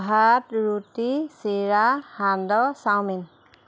ভাত ৰুটি চিৰা সান্দহ চাওমিন